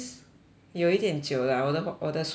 有一点久 lah 我的我的数学不好